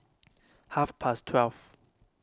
half past twelve